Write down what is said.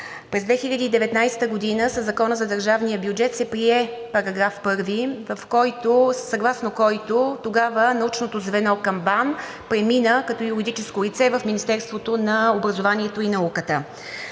През 2019 г. със Закона за държавния бюджет се прие § 1, съгласно който тогава научното звено към БАН премина като юридическо лице към Министерството на образованието и науката.